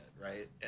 right